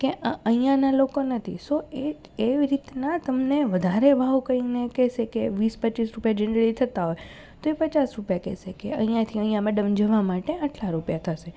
કે આ અહીંયાના લોકો નથી સો એ એવી રીતના તમને વધારે ભાવ કહીને કહેશે કે વીસ પચીસ રૂપિયા જનરલી થતાં હોય તો એ પચાસ રૂપિયા કહેશે કે અહીંયાથી અહીંયા મેડમ જવા માટે આટલા રૂપિયા થશે